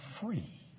free